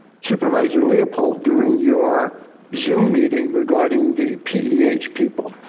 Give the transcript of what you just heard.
supervisor leopold during your zoom meeting regarding the ph people,